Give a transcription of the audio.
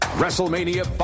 WrestleMania